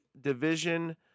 division